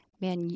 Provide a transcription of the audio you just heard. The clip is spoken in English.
man